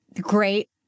great